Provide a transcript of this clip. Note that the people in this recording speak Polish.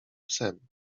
psem